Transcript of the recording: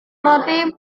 roti